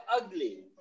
ugly